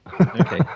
okay